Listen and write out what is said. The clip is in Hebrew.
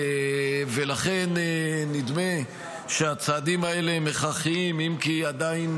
ולכן נדמה שהצעדים האלה הם הכרחיים, אם כי עדיין,